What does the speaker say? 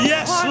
Yes